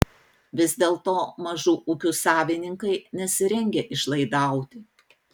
vis dėlto mažų ūkių savininkai nesirengia išlaidauti